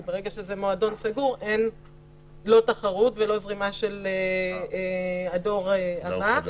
כי ברגע שזה מועדון סגור אין תחרות ולא זרימה של הדור הבא.